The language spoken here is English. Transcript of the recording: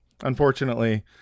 Unfortunately